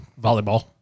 volleyball